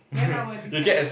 then I will decide